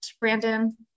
Brandon